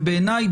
ובעיניי,